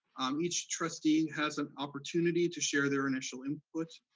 each trustee and has an opportunity to share their initial input,